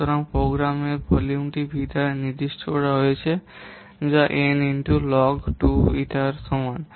সুতরাং প্রোগ্রামের ভলিউমটি V দ্বারা নির্দিষ্ট করা হয়েছে যা N গুন লগ 2 ইটা এর সমান